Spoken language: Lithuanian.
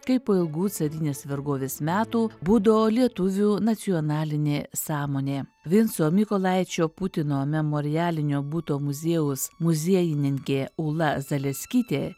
kaip po ilgų carinės vergovės metų budo lietuvių nacionalinė sąmonė vinco mykolaičio putino memorialinio buto muziejaus muziejininkė ūla zaleskytė